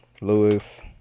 Lewis